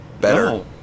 better